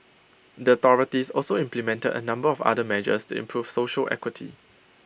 the authorities also implemented A number of other measures to improve social equity